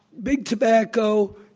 big tobacco,